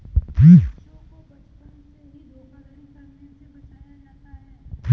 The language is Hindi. बच्चों को बचपन से ही धोखाधड़ी करने से बचाया जाता है